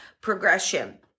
progression